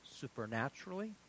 supernaturally